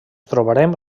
trobarem